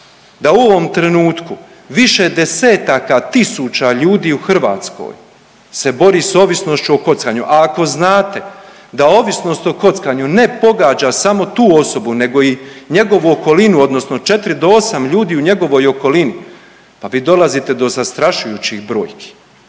da u ovom trenutku više desetaka tisuća ljudi u Hrvatskoj se bori sa ovisnošću o kockanju. A ako znate da ovisnost o kockanju ne pogađa samo tu osobu, nego i njegovu okolinu, odnosno 4 do 8 ljudi u njegovoj okolini, pa vi dolazite do zastrašujućih brojki,